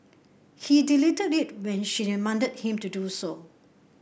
he deleted it when she demanded him to do so